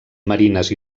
marines